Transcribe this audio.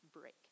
break